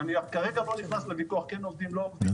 וכרגע אני לא נכנס לויכוח, כן עובדים, לא עובדים.